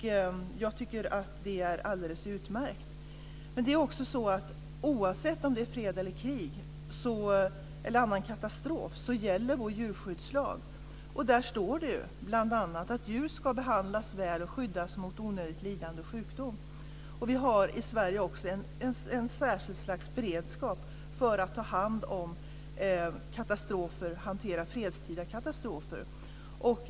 Jag tycker att det är alldeles utmärkt. Men oavsett om det är fred eller krig eller annan katastrof så gäller vår djurskyddslag, och där står det bl.a. att djur ska behandlas väl och skyddas mot onödigt lidande och sjukdom. Och vi har i Sverige också en särskild sorts beredskap för att hantera fredstida katastrofer.